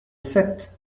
sept